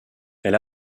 elle